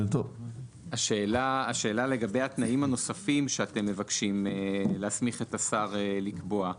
השאלה לגבי התנאים הנוספים שאתם מבקשים להסמיך את השר לקבוע,